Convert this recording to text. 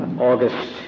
August